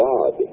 God